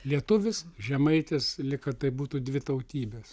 lietuvis žemaitis lyg kad tai būtų dvi tautybės